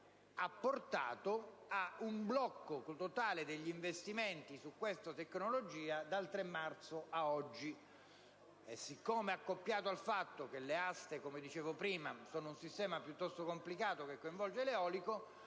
ha portato a un blocco totale degli investimenti su questa tecnologia dal 3 marzo a oggi. Se a ciò si abbina il fatto che le aste, come dicevo prima, si svolgono con un sistema piuttosto complicato, che coinvolge anche l'eolico,